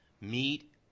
meet